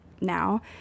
now